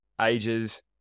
ages